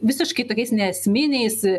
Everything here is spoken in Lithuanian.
visiškai tokiais neesminiais